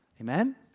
Amen